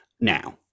now